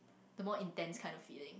the more intense kind of feeling